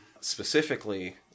specifically